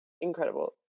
incredible